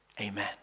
Amen